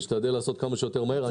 נשתדל לעשות כמה שיותר מהר.